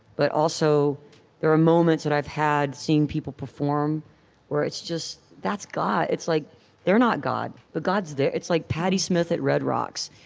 but also there are moments that i've had seeing people perform where it's just, that's god. like they're not god, but god's there. it's like patti smith at red rocks,